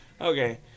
okay